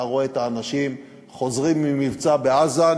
אתה רואה את האנשים חוזרים ממבצע בעזה,